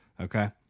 Okay